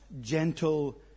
gentle